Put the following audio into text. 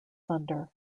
thunder